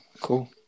Cool